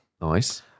Nice